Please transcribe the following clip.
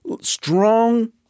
strong